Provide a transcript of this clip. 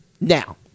now